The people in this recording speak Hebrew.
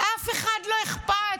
לאף אחד לא אכפת,